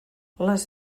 les